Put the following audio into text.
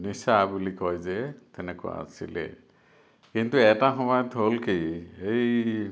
নিচা বুলি কয় যে তেনেকুৱা আছিলে কিন্তু এটা সময়ত হ'ল কি এই